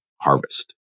harvest